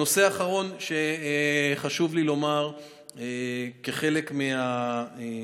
הנושא האחרון שחשוב לי לומר כחלק מהמסקנות